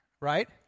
Right